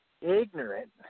ignorant